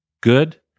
good